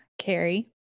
Carrie